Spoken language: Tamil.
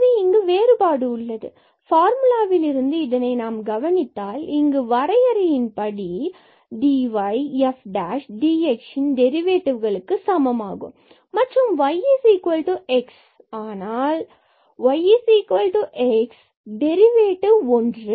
எனவே இங்கு வேறுபாடு உள்ளது ஃபார்முலாவில் இருந்து இதனை நாம் கவனித்தால் இங்கு வரையறையின் படி dy f மற்றும் dx ன் டெரிவேடிவுக்கு சமமாகும் மற்றும் y xஆனால் yx மற்றும் டெரிவேடிவ் 1